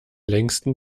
längsten